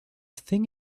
thing